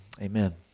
Amen